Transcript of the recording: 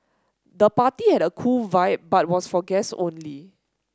the party had a cool vibe but was for guest only